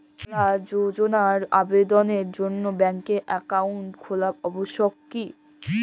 উজ্জ্বলা যোজনার আবেদনের জন্য ব্যাঙ্কে অ্যাকাউন্ট খোলা আবশ্যক কি?